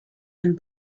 and